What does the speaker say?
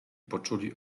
poczuli